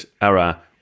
era